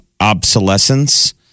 obsolescence